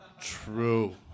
True